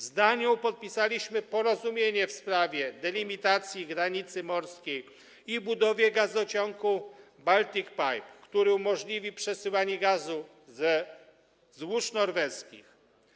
Z Danią podpisaliśmy porozumienie w sprawie delimitacji granicy morskiej i budowy gazociągu Baltic Pipe, który umożliwi przesyłanie gazu ze złóż norweskich.